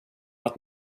att